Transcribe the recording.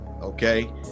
okay